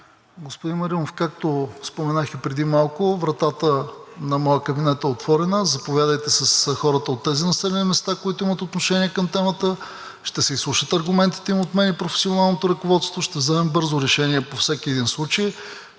Господин Маринов, както споменах преди малко, вратата на моя кабинет е отворена. Заповядайте, с хората от тези населени места, които имат отношение към темата – ще се изслушат аргументите им от мен и професионалното ръководство и ще вземем бързо решение по всеки един случай.